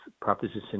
proposition